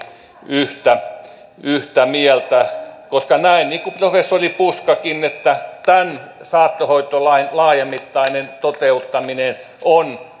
yhtä yhtä mieltä koska näen niin kuin professori puskakin että tämän saattohoitolain laajamittainen toteuttaminen on